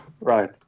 Right